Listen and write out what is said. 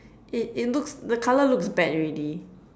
it it looks the colour looks bad already